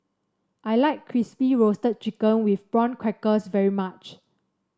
I like Crispy Roasted Chicken with Prawn Crackers very much